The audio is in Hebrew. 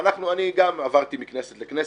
גם אני עברתי מכנסת לכנסת,